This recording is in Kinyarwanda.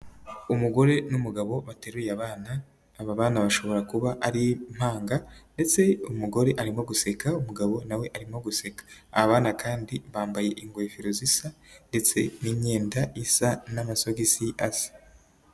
Umugore n'umugabo bateruye abana, aba bana bashobora kuba ari impanga, ndetse umugore arimo guseka umugabo nawe arimo guseka. Aba bana kandi bambaye ingofero zisa ndetse n'imyenda isa, n'amasogisi asa.